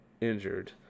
injured